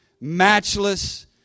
matchless